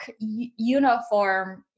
uniform